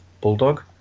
Bulldog